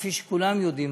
כפי שכולנו יודעים,